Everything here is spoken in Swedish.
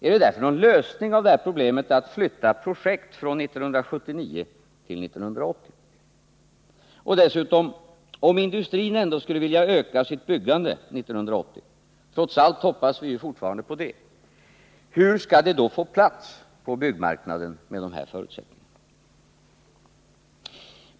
Är det därför någon lösning av det här problemet att flytta projekt från 1979 till 1980? Och dessutom: Om industrin ändå skulle vilja öka sitt byggande 1980 — trots allt hoppas vi ju fortfarande på det — hur skall det med dessa förutsättningar få plats på byggmarknaden?